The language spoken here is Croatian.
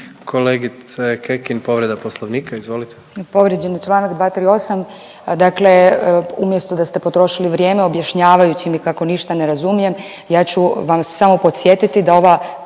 Kolegice Kekin, povreda Poslovnika. Izvolite. **Kekin, Ivana (NL)** Povrijeđen je čl. 238. Dakle, umjesto da ste potrošili vrijeme objašnjavajući mi kako ništa ne razumijem, ja ću vam samo podsjetiti da ova